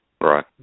Right